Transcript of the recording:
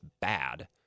bad